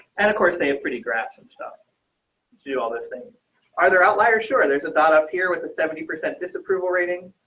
and of course they have pretty graphs and stuff to all those things are there outlier sure and there's a thought up here with a seventy percent disapproval rating.